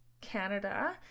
Canada